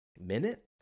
minute